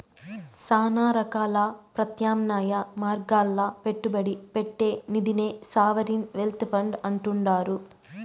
శానా రకాల ప్రత్యామ్నాయ మార్గాల్ల పెట్టుబడి పెట్టే నిదినే సావరిన్ వెల్త్ ఫండ్ అంటుండారు